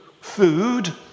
food